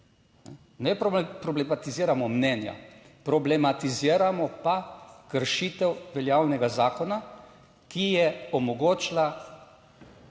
Ne problematiziramo mnenja, problematiziramo pa kršitev veljavnega zakona, ki je omogočila,